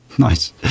nice